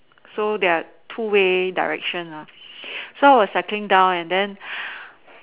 so there are two way direction lah so I was cycling down and then